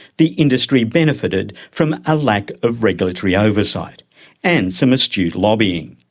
the industry benefitted from a lack of regulatory oversight and some astute lobbying.